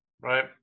right